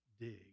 dig